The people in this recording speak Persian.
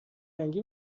رنگی